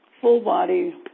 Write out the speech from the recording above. full-body